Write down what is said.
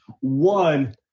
One